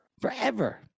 forever